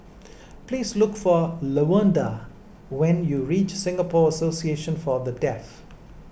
please look for Lavonda when you reach Singapore Association for the Deaf